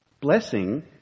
Blessing